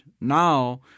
now